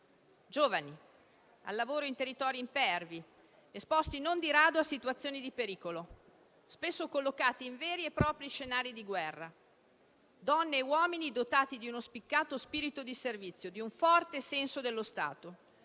giovani al lavoro in territori impervi, esposti non di rado a situazioni di pericolo, spesso collocati in veri e propri scenari di guerra; donne e uomini dotati di uno spiccato spirito di servizio, di un forte senso dello Stato,